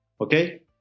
okay